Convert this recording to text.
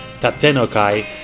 Tatenokai